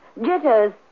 Jitters